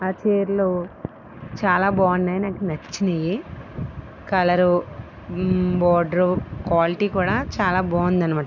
ఆ చీరలు చాలా బాగున్నాయి నాకు నచ్చినాయి కలర్ బోర్డర్ క్వాలిటీ కూడా చాలా బాగుంది అన్నమాట